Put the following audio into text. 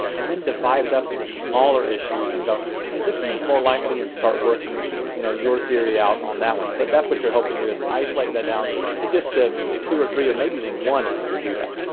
and then divide up it up into smaller issues and go, hey this seems more likely and start working you know your theory out on that one. but that's what you're hoping to do is, isolate that down to just the two or three or maybe even one if you can do that.